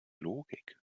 logik